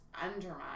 undermine